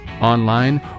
online